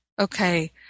okay